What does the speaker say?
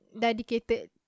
dedicated